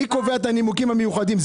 מי קובע את הנימוקים המיוחדים?